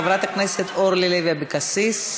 חברת הכנסת אורלי לוי אבקסיס.